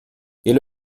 ele